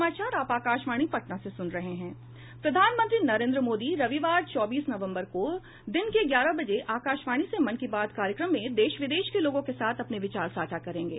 प्रधानमंत्री नरेन्द्र मोदी रविवार चौबीस नवम्बर को दिन के ग्यारह बजे आकाशवाणी से मन की बात कार्यक्रम में देश विदेश के लोगों के साथ अपने विचार साझा करेंगे